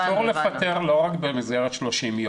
אסור לפטר לא רק במסגרת 30 יום.